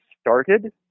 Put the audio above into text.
started